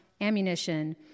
ammunition